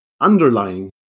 underlying